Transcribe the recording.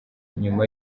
nyuma